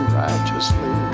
righteously